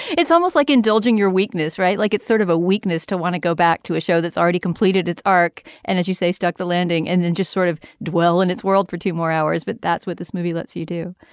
it's almost like indulging your weakness right like it's sort of a weakness to want to go back to a show that's already completed its arc and as you say stuck the landing and then just sort of dwell in its world for two more hours. but that's what this movie lets you do.